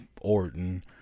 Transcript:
Orton